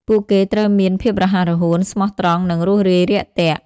ពួកគេត្រូវមានភាពរហ័សរហួន ស្មោះត្រង់ និងរួសរាយរាក់ទាក់។